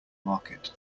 market